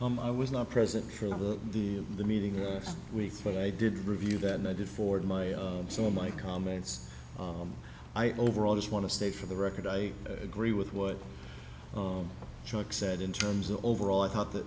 still i was not present for the the the meeting weeks but i did review that and i did forward my some of my comments i overall just want to stay for the record i agree with what chuck said in terms of overall i thought th